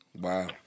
Wow